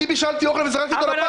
אני בישלתי אוכל וזרקתי אותו לפח.